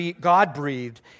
God-breathed